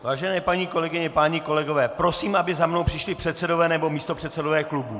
Vážené paní kolegyně, páni kolegové, prosím, aby za mnou přišli předsedové nebo místopředsedové klubů!